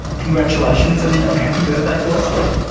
congratulations and and happy birthday to austlii.